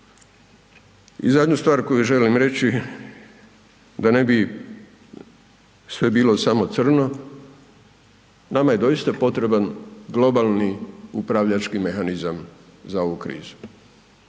I zadnju stvar koju želim reći, da ne bi sve bilo samo crno. Nama je doista potreban globalni upravljački mehanizam za ovu krizu.